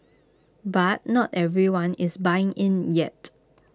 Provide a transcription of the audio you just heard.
but not everyone is buying in yet